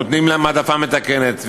נותנים להם העדפה מתקנת,